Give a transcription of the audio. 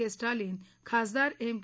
के स्टॅलिन खासदार एम के